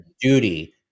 duty